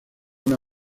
una